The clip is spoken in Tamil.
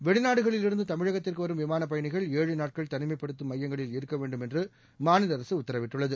வெளிநாடுகளில் இருந்து தமிழகத்திற்கு வரும் விமானப்பயணிகள் ஏழு நாட்கள் தனிமைப்படுத்தும் மையங்களில் இருக்க வேண்டும் என்று மாநில அரசு உத்தரவிட்டுள்ளது